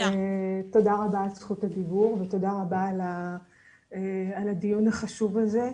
תודה רבה על זכות הדיבור ותודה רבה על הדיון החשוב הזה.